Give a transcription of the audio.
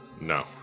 No